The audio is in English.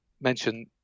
mention